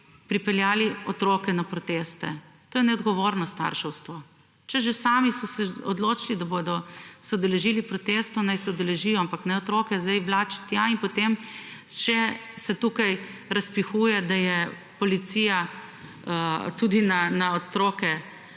pripeljali otroke na proteste. To je neodgovorno starševstvo. Če že sami so se odločili, da bodo se udeležili protestov, naj se udeležijo, ampak ne otroke zdaj vlačit tja in potem še se tukaj razpihuje, da je policija tudi na otroke